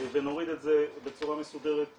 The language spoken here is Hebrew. ונוריד את זה בצורה מסודרת לשטח.